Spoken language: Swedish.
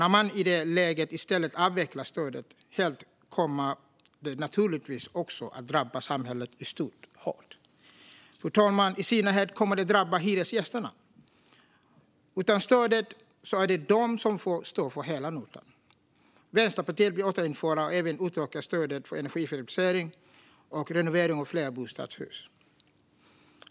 När man i detta läge i stället avvecklar stödet helt kommer det naturligtvis också att drabba samhället i stort hårt. Fru talman! I synnerhet kommer det att drabba hyresgästerna. Utan stödet är det de som får stå för hela notan. Vänsterpartiet vill återinföra och även utöka stödet för energieffektivisering och renovering av flerbostadshus.